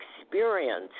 experience